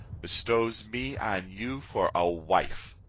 bestows me on you for a wife.